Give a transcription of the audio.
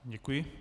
Děkuji.